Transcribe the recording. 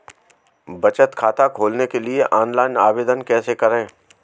बचत खाता खोलने के लिए ऑनलाइन आवेदन कैसे करें?